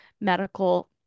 medical